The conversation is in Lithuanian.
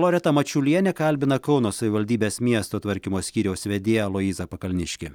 loreta mačiulienė kalbina kauno savivaldybės miesto tvarkymo skyriaus vedėją aloyzą pakalniškį